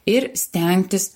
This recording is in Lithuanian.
ir stengtis